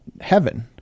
heaven